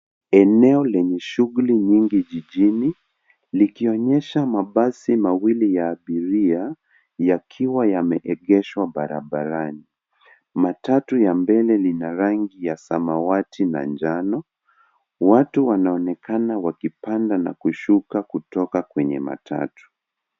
Eneo lenye shughuli nyingi jijini likionyesha mabasi mawili ya abiria yakiwa yameegeshwa barabarani. Matatu ya mbele lina rangi ya samawati na njano . Watu wanaonekana wakipanda na kushuka kutoka kwenye matatu.